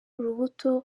urubuto